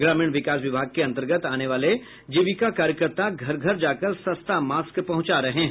ग्रामीण विकास विभाग के अंतर्गत आने वाले जीविका कार्यकर्ता घर घर जाकर सस्ता मास्क पहुंचा रहे हैं